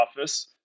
office